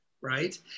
right